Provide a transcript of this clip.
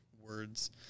words